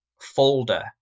folder